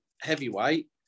heavyweight